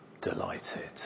delighted